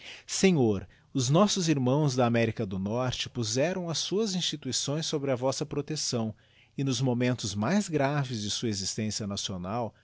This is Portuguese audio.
senhor os nossos irmãos da america do norte puzeram as suas instituições sobre a vossa protecção e nos momentos mais graves de sua existência nacional